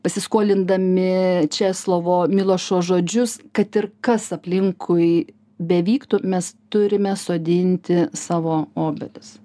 pasiskolindami česlovo milošo žodžius kad ir kas aplinkui bevyktų mes turime sodinti savo obelis